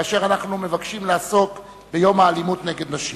כאשר אנחנו מבקשים לעסוק ביום האלימות נגד נשים.